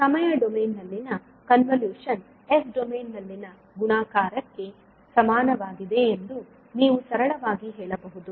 ಆದ್ದರಿಂದ ಸಮಯ ಡೊಮೇನ್ ನಲ್ಲಿನ ಕನ್ವಲೂಶನ್ ಎಸ್ ಡೊಮೇನ್ ನಲ್ಲಿನ ಗುಣಾಕಾರಕ್ಕೆ ಸಮಾನವಾಗಿದೆ ಎಂದು ನೀವು ಸರಳವಾಗಿ ಹೇಳಬಹುದು